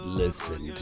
listen